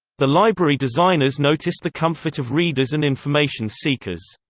the library designers noticed the comfort of readers and information seekers.